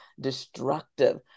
destructive